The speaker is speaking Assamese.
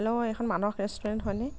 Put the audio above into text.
হেল্ল' এইখন মানস ৰেষ্টুৰেণ্ট হয়নে